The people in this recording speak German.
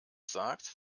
sagt